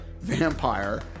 vampire